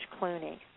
Clooney